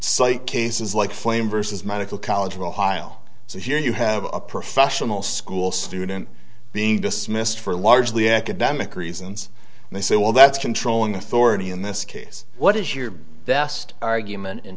cite cases like flame vs medical college of ohio so here you have a professional school student being dismissed for largely academic reasons and they say well that's controlling authority in this case what is your best argument in